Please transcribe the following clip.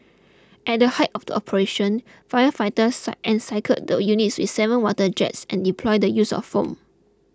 at the height of the operation firefighters cite encircled the units with seven water jets and deployed the use of foam